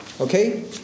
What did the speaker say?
okay